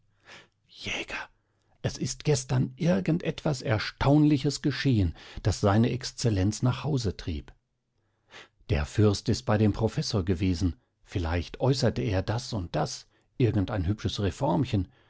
jäger es ist gestern irgend etwas erstaunliches geschehen das die exzellenz nach hause trieb der fürst ist bei dem professor gewesen vielleicht äußerte er das und das irgendein hübsches reformchen